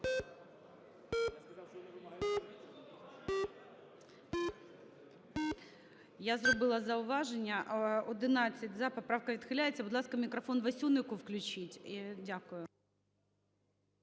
Я зробила зауваження… 11 – "за", поправка відхиляється. Будь ласка, мікрофон Васюнику включіть. Дякую.